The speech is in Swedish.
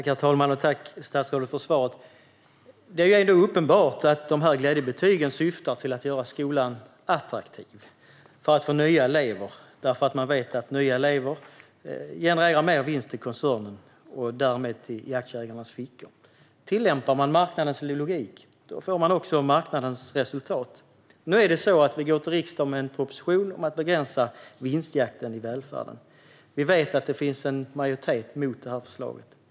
Herr talman! Tack för svaret, statsrådet! Det är ändå uppenbart att glädjebetygen syftar till att göra skolan attraktiv och till att få nya elever. Man vet nämligen att nya elever genererar mer vinst till koncernen och därmed i aktieägarnas fickor. Tillämpar man marknadens logik får man också marknadens resultat. Nu är det så att vi går till riksdagen med en proposition om att begränsa vinstjakten i välfärden. Vi vet att det finns en majoritet mot förslaget.